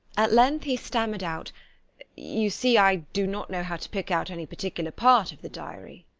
at length he stammered out you see, i do not know how to pick out any particular part of the diary.